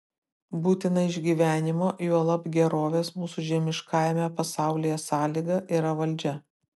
būtina išgyvenimo juolab gerovės mūsų žemiškajame pasaulyje sąlyga yra valdžia